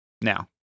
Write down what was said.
now